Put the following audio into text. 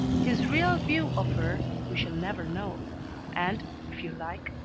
his real view of her we shall never know and, if you like,